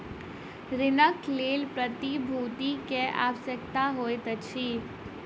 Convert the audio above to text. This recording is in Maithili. ऋणक लेल प्रतिभूति के आवश्यकता होइत अछि